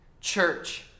Church